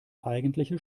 eigentliche